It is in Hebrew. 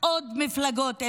עוד מפלגות אליה.